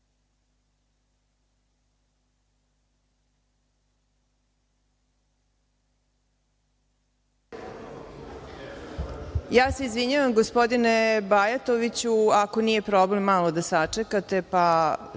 se izvinjavam gospodine Bajatoviću, ako nije problem malo da sačekate,